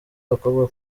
abakobwa